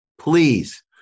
Please